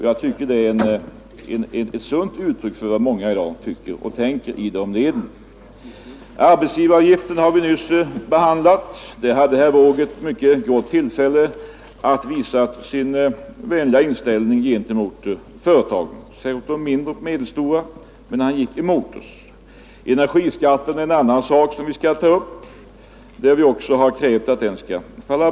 Jag tycker att det är ett sunt uttryck för vad många i dag tycker och tänker i deras led. Vi har nyss behandlat arbetsgivaravgiften. Där hade herr Wååg ett mycket gott tillfälle att visa sin vänliga inställning gentemot företagen, särskilt de mindre och medelstora, men han gick emot oss. Energiskatten är en annan sak som vi skall ta upp. Också där har vi krävt ett borttagande.